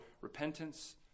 repentance